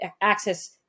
access